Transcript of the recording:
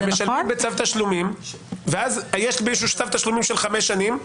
הם משלמים בצו תשלומים של חמש שנים,